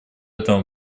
этом